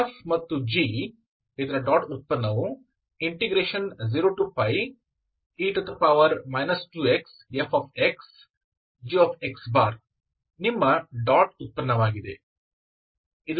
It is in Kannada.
fg0e 2xfg ನಿಮ್ಮ ಡಾಟ್ ಉತ್ಪನ್ನವಾಗಿದೆ